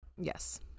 yes